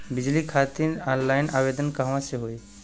बिजली खातिर ऑनलाइन आवेदन कहवा से होयी?